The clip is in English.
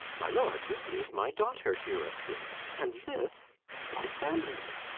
my lord, this is my daughter here asleep, and this lysander,